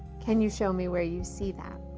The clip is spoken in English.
can you show me where you see that.